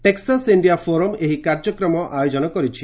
Texas India Forum ଏହି କାର୍ଯ୍ୟକ୍ରମ ଆୟୋଜନ କରିଛି